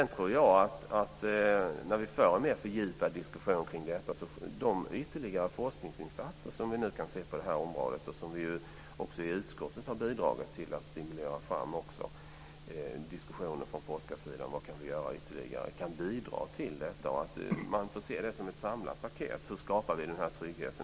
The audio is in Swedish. När vi får en mer fördjupad diskussion kring detta tror jag att de ytterligare forskningsinsatser om vad man ytterligare kan göra som vi nu kan se på detta område och som vi i utskottet har bidragit till att stimulera fram kan bidra till detta. Man får se detta som ett samlat paket när det gäller hur vi skapar denna trygghet.